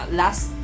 last